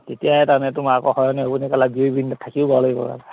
তেতিয়াহে তাৰমানে তোমাৰ আকৌ শয়ণে সপোনে কেলা থাকিব